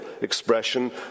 expression